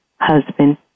husband